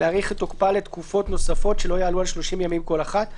להאריך את תוקפה לתקופות נוספות שלא יעלו על 30 ימים כל אחת,